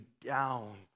down